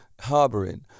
harboring